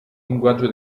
linguaggio